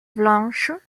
blanches